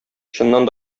чыннан